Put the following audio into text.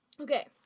Okay